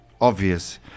obvious